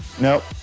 Nope